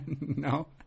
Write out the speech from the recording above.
No